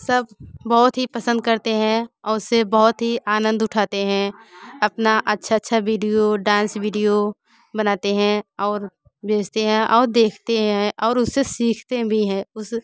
सब बहुत ही पसंद करते हैं और उससे बहुत ही आनंद उठाते हैं अपना अच्छा अच्छा वीडियो डांस वीडियो बनाते हैं और भेजते हैं और देखते हैं और उससे सीखते भी हैं उस